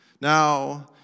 Now